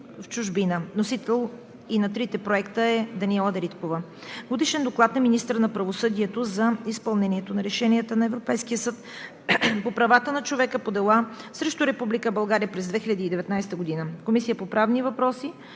в чужбина. Вносител е Даниела Дариткова. Годишен доклад на министъра на правосъдието за изпълнение на решенията на Европейския съд по правата на човека по дела срещу Република България през 2019 г. Разпределен е на Комисията по правни въпроси